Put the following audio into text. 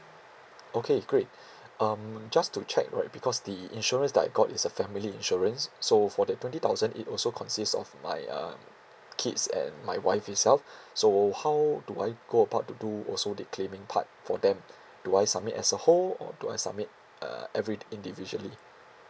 okay great um just to check right because the insurance that I got is a family insurance so for the twenty thousand it also consists of my uh kids and my wife itself so how do I go about to do also the claiming part for them do I submit as a whole or do I submit uh everything individually